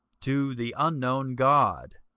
to the unknown god.